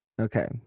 Okay